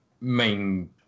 main